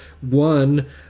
one